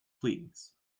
please